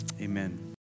amen